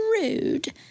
rude